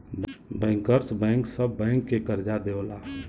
bankers bank सब bank के करजा देवला